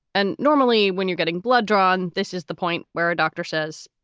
and normally when you're getting blood drawn. this is the point where a doctor says,